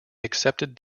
accepted